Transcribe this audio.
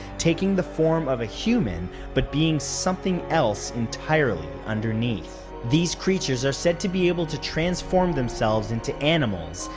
taking the form of a human but being something else entirely underneath. these creatures are said to be able to transform themselves into animals,